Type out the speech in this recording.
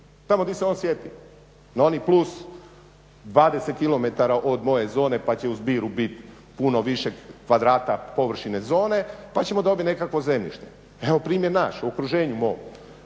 tamo gdje se on sjeti na onih +20 km od moje zone pa će u Zbiru biti puno više kvadrata površine zone pa ćemo dobiti nekakvo zemljište, evo primjer naš, u okruženju mom,